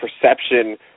perception